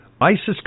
ISIS